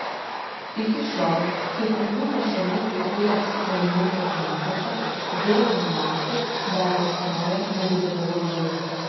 iki šiol kai kurių nuošalių dzūkijos kaimų kapinaitėse vėlinių naktį dar liepsnoja nedideli laužai